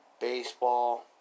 Baseball